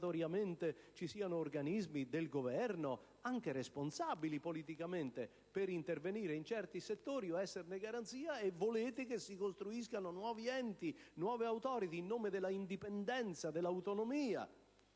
esemplificativa vi siano organismi del Governo, anche responsabili politicamente, preposti ad intervenire in certi settori o esserne garanzia: volete che si costruiscano nuovi enti, nuove *Authorithy,* in nome dell'indipendenza e dell'autonomia.